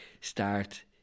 start